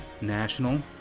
national